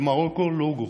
במרוקו לא גורשו.